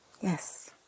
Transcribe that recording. Yes